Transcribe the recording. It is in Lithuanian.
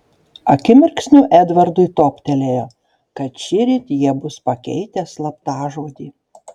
akimirksniu edvardui toptelėjo kad šįryt jie bus pakeitę slaptažodį